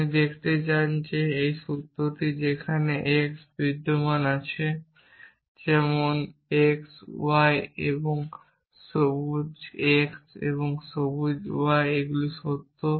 আপনি দেখাতে চান যে এই সূত্রটি যেখানে x বিদ্যমান y আছে যেমন x y এবং সবুজ x এবং সবুজ y নয় এইগুলি সত্য